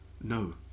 no